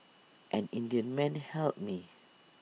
an Indian man helped me